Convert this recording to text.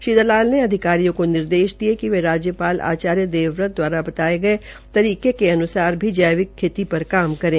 श्री दलाल ने अधिकारियों को निर्देश दिये कि राज्यपाल आचार्यदेवव्रत दवारा बनाये गये तरीके अन्सार भी जैविक खेती पर काम करें